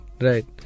right